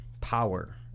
power